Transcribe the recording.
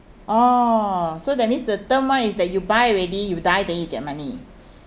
orh so that means the term one is that you buy already you die then you get money